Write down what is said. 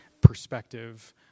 perspective